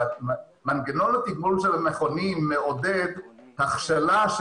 מנגנון התגמול של המכונים מעודד הכשלה.